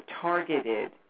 targeted